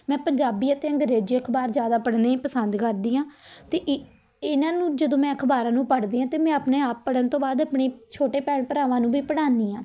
ਮੈਂ ਪੰਜਾਬੀ ਅਤੇ ਅੰਗਰੇਜ਼ੀ ਅਖ਼ਬਾਰ ਜ਼ਿਆਦਾ ਪੜ੍ਹਨੇ ਪਸੰਦ ਕਰਦੀ ਹਾਂ ਅਤੇ ਇ ਇਹਨਾਂ ਨੂੰ ਜਦੋਂ ਮੈਂ ਅਖ਼ਬਾਰਾਂ ਨੂੰ ਪੜ੍ਹਦੀ ਹਾਂ ਅਤੇ ਮੈਂ ਆਪਣੇ ਆਪ ਪੜ੍ਹਨ ਤੋਂ ਬਾਅਦ ਆਪਣੇ ਛੋਟੇ ਭੈਣ ਭਰਾਵਾਂ ਨੂੰ ਵੀ ਪੜ੍ਹਾਉਂਦੀ ਹਾਂ